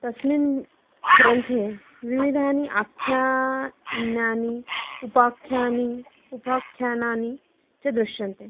तस्मिन् ग्रन्थे विविधानि आख्यानानि उपाख्यानानि उपाख्यानानि च दृश्यन्ते